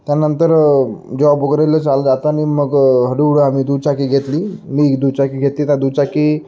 त्यानंतर जॉब वगैरेला चाल जाताना मग हळूहळू आम्ही दुचाकी घेतली मी दुचाकी घेतली त्या दुचाकी